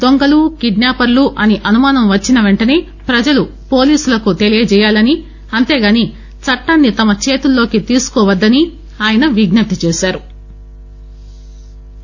దొంగలు కిడ్సా పర్లు అని అనుమానం వచ్చిన వెంటనే ప్రజలు పోలీసులకు తెలపాలనీ అంతేగానీ చట్టాన్ని తమ చేతుల్లోకి తీసుకోవద్దనీ ఆయన విజ్ఞప్తి చేశారు